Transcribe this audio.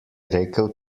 rekel